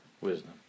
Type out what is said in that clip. wisdom